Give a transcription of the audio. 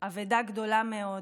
אבדה גדולה מאוד,